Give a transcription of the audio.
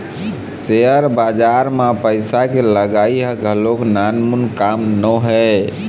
share बजार म पइसा के लगई ह घलोक नानमून काम नोहय